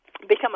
Become